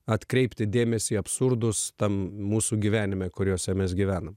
atkreipti dėmesį į absurdus tam mūsų gyvenime kuriuose mes gyvenam